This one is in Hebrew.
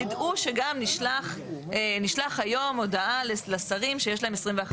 ידעו שגם נשלח היום הודעה לשרים שיש להם 21 יום.